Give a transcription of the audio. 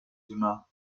demain